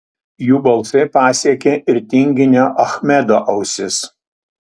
jų balsai pasiekė ir tinginio achmedo ausis